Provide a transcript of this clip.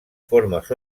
formes